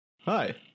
Hi